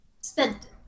spent